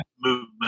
movement